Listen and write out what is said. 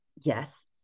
yes